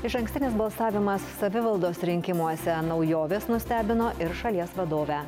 išankstinis balsavimas savivaldos rinkimuose naujovės nustebino ir šalies vadovę